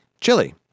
Chili